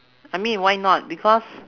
I mean why not because